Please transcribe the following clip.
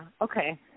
Okay